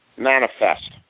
Manifest